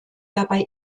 dabei